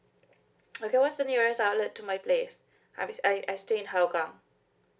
okay what's the nearest outlet to my place I miss I I stay in hougang